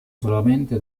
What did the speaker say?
solamente